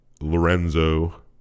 Lorenzo